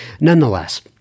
nonetheless